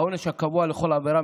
והעונש הקבוע לכל עבירה,